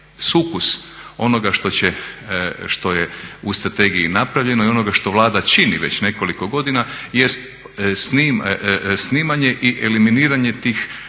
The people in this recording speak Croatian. sukus onoga što je u strategiji napravljeno i onoga što Vlada čini već nekoliko godina jest snimanje i eliminiranje tih,